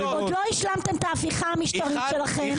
עוד לא השלמתם את ההפיכה המשטרית שלכם,